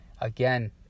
Again